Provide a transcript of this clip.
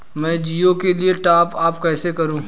मैं जिओ के लिए टॉप अप कैसे करूँ?